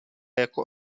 jako